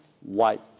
white